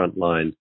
frontline